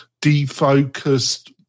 defocused